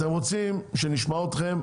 אתם רוצים שנשמע אתכם,